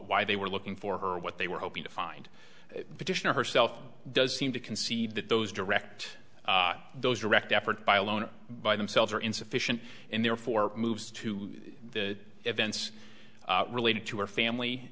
why they were looking for her what they were hoping to find petitioner herself does seem to concede that those direct those direct effort by alone by themselves are insufficient and therefore moves to the events related to her family